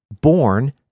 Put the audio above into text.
born